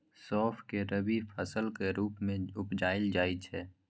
सौंफ केँ रबी फसलक रुप मे उपजाएल जाइ छै